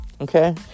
Okay